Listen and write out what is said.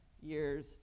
years